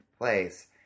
place